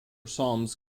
psalms